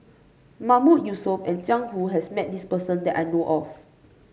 Mahmood Yusof and Jiang Hu has met this person that I know of